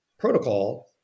protocol